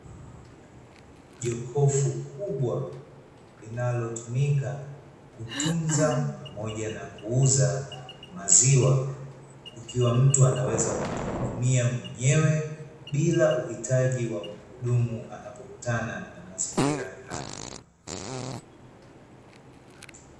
Jokofu kubwa linalotumika kutunza pamoja na kuuza maziwa, ikiwa mtu anaweza kujihudumia mwenyewe bila uhitaji wa muhudumu anapokutana na mazingira haya.